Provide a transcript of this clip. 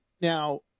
Now